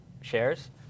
shares